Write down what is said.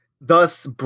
Thus